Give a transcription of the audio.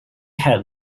had